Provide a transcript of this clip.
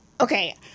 Okay